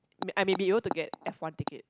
I may be able to get F-one ticket